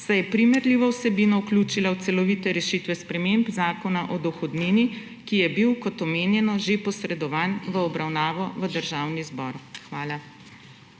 saj je primerljivo vsebino vključila v celovite rešitve sprememb Zakona o dohodnini, ki je bil, kot omenjeno, že posredovan v obravnavo v Državni zbor. Hvala.